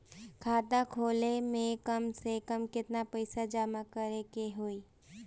खाता खोले में कम से कम केतना पइसा जमा करे के होई?